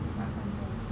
what sun band